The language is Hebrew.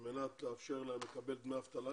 על מנת לאפשר להם לקבל דמי אבטלה